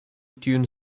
tune